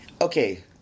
Okay